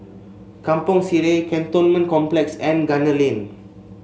Kampong Sireh Cantonment Complex and Gunner Lane